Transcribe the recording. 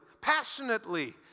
passionately